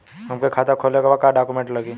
हमके खाता खोले के बा का डॉक्यूमेंट लगी?